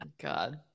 God